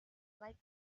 like